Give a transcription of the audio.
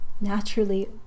naturally